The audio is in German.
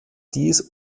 dies